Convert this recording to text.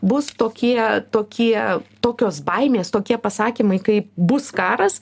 bus tokie tokie tokios baimės tokie pasakymai kai bus karas